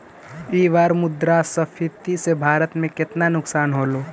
ई बार मुद्रास्फीति से भारत में केतना नुकसान होलो